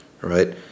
Right